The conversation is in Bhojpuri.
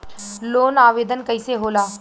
लोन आवेदन कैसे होला?